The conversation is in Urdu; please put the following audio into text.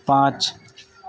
پانچ